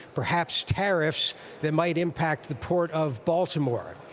perhaps tariffs that might impact the port of baltimore.